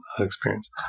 experience